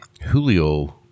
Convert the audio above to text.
Julio